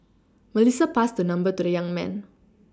Melissa passed her number to the young man